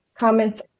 comments